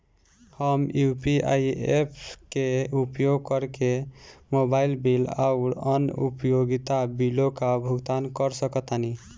हम UPI apps के उपयोग करके मोबाइल बिल आउर अन्य उपयोगिता बिलों का भुगतान कर सकतानी